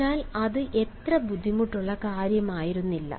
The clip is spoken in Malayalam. അതിനാൽ അത് അത്ര ബുദ്ധിമുട്ടുള്ള കാര്യമായിരുന്നില്ല